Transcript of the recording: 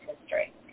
history